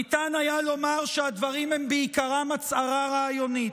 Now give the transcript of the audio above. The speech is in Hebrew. ניתן היה לומר שהדברים הם בעיקרם הצהרה רעיונית,